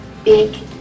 big